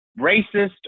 racist